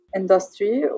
industry